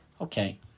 Okay